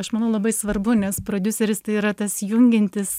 aš manau labai svarbu nes prodiuseris tai yra tas jungiantis